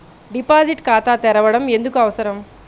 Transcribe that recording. Deposit ఖాతా తెరవడం ఎందుకు అవసరం?